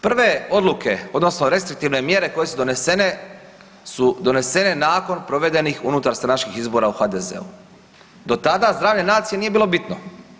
Prve odluke odnosno restriktivne mjere koje su donesene su donesene nakon provedenih unutarstranačkih izbora u HDZ-u, do tada zdravlje nacije nije bilo bitno.